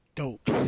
Dope